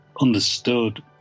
understood